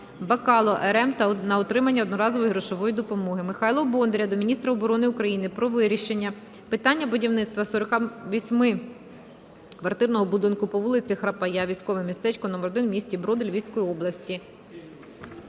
Бакало Р.М на отримання одноразової грошової допомоги. Михайла Бондаря до міністра оборони України про вирішення питання будівництва 48-квартирного будинку по вулиці Г.Храпая, військове містечко №1, в місті Броди Львівської області.